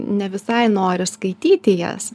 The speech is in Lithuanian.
ne visai nori skaityti jas